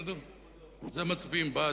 אנחנו מצביעים בעד,